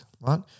right